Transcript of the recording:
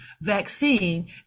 vaccine